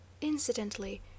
Incidentally